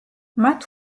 მათ